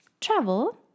travel